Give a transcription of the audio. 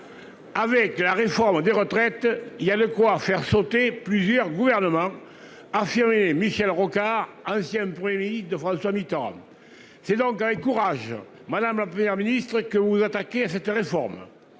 Avec la réforme des retraites. Il y a le quoi faire sauter plusieurs gouvernements. Affirmé Michel Rocard ancien 1er ministre de François Mitterrand. C'est donc avec courage madame, la Première ministre et que vous vous attaquez à cette réforme.